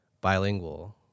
bilingual